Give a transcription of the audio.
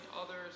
others